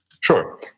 sure